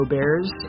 Bears